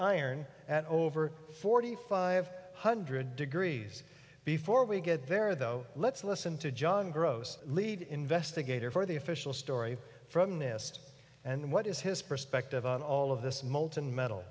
iron at over forty five hundred degrees before we get there though let's listen to john gross lead investigator for the official story from nist and what is his perspective on all of this molten metal